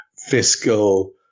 Fiscal